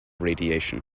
radiation